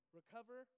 recover